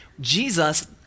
Jesus